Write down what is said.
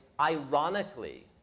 Ironically